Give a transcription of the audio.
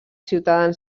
ciutadans